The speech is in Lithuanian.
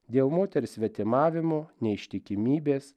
dėl moters svetimavimo neištikimybės